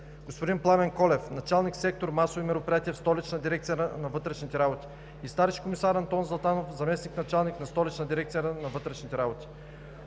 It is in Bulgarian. господин Пламен Колев – началник на сектор „Масови мероприятия“ в Столична дирекция на вътрешните работи, и старши комисар Антон Златанов – заместник-началник на Столична дирекция на вътрешните работи.